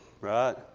Right